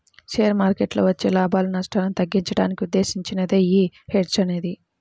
share మార్కెట్టులో వచ్చే లాభాలు, నష్టాలను తగ్గించడానికి ఉద్దేశించినదే యీ హెడ్జ్ అనేది